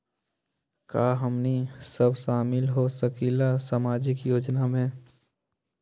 का हमनी साब शामिल होसकीला सामाजिक योजना मे?